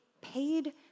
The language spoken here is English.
paid